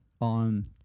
on